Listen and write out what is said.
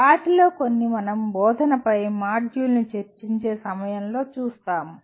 వాటిలో కొన్ని మనం బోధనపై మాడ్యూల్ ని చర్చించే సమయంలో చూస్తాము